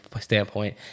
standpoint